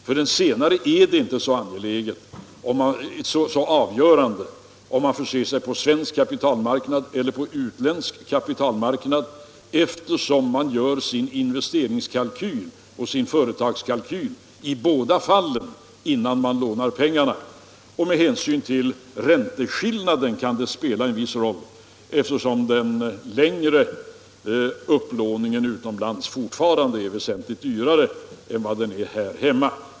För den senare är det inte så avgörande om man förser sig på svensk kapitalmarknad eller på utländsk, eftersom man gör sin investeringskalkyl och sin företagskalkyl i båda fallen innan man lånar pengar. Med hänsyn till ränteskillnaden kan det spela en viss roll, eftersom den längre upplåningen utomlands fortfarande är väsentligt dyrare än vad den är här hemma.